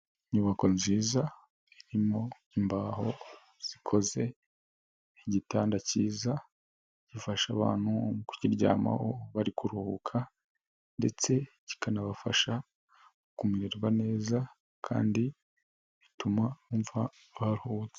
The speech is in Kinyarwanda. Inyubako nziza, irimo imbaho zikoze igitanda cyiza, gifasha abantu kukiryamaho bari kuruhuka ndetse kikanabafasha, kumererwa neza kandi bituma bumva baruhutse.